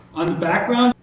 on the background,